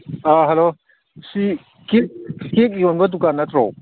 ꯑꯥ hello ꯁꯤ cake ꯌꯣꯟꯕ ꯗꯨꯀꯥꯟ ꯅꯠꯇ꯭ꯔꯣ